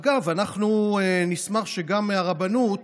אגב, אנחנו נשמח שגם הרבנות,